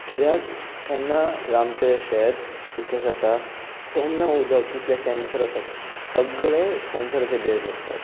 कित्याक केन्ना आमचें शेत सुकें जाता तेन्ना उदक कितले सँसर आसात सगळें सँसराचेर बेज्ड आसतात